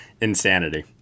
insanity